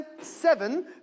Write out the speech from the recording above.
seven